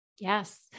Yes